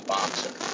Boxer